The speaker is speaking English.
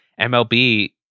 MLB